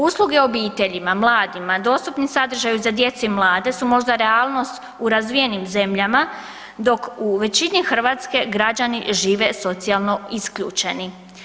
Usluge obiteljima, mladima, dostupnim sadržaju za djecu i mlade su možda realnost u razvijenih zemljama, dok u većini Hrvatske građani žive socijalno isključeni.